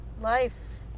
Life